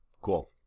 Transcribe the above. Cool